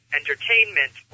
entertainment